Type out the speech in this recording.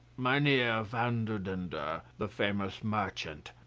mynheer vanderdendur, the famous merchant,